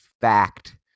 fact